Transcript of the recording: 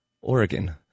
Oregon